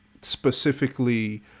specifically